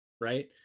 right